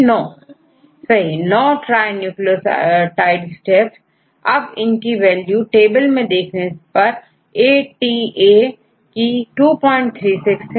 Student 9 छात्र9 सही9 trinucleotide steps अब इनकी वैल्यू टेबल से देखने परATA की236 है